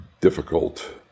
difficult